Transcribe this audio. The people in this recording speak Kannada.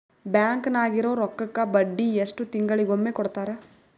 ಬ್ಯಾಂಕ್ ನಾಗಿರೋ ರೊಕ್ಕಕ್ಕ ಬಡ್ಡಿ ಎಷ್ಟು ತಿಂಗಳಿಗೊಮ್ಮೆ ಕೊಡ್ತಾರ?